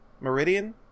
Meridian